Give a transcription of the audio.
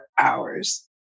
hours